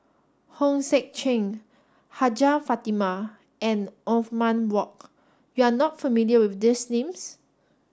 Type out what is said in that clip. Hong Sek Chern Hajjah Fatimah and Othman Wok you are not familiar with these names